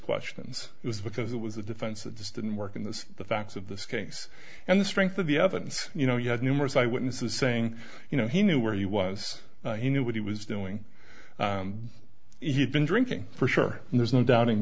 questions it was because it was a defense that just didn't work in this the facts of this case and the strength of the evidence you know you had numerous eyewitnesses saying you know he knew where he was he knew what he was doing he had been drinking for sure and there's no doubting